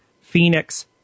phoenix